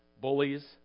bullies